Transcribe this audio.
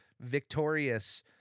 Victorious